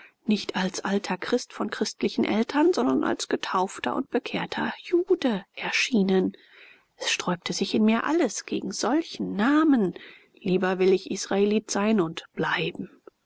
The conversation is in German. nicht als alter christ von christlichen eltern sondern als getaufter und bekehrter jude erschienen es sträubte sich in mir alles gegen solchen namen lieber will ich israelit sein und bleiben